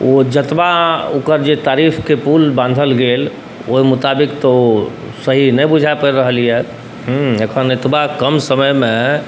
ओ जतबा ओकर जे तारीफके पुल बान्हल गेल ओहि मोताबिक तऽ ओ सही नहि बुझा पड़ि रहल अइ एखन एतबा कम समयमे